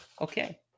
Okay